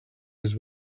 his